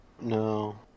No